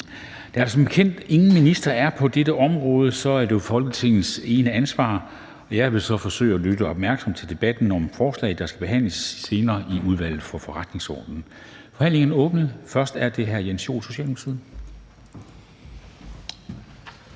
Da der som bekendt ingen minister er på dette område, er det jo Folketingets eneansvar. Jeg vil så forsøge at lytte opmærksomt til debatten om forslaget, der skal behandles senere i Udvalget for Forretningsordenen. Forhandlingen er åbnet. Først er det hr. Jens Joel, Socialdemokratiet.